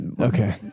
okay